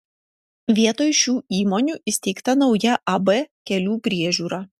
vietoj šių įmonių įsteigta nauja ab kelių priežiūra